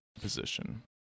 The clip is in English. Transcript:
position